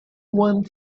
one